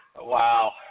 Wow